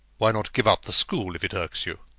why not give up the school if it irks you?